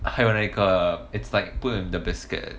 还有那个 it's like put in the biscuit